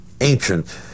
ancient